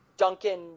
Duncan